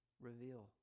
reveal